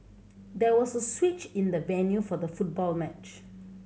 there was a switch in the venue for the football match